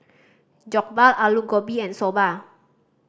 Jokbal Alu Gobi and Soba